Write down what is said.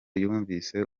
yumvise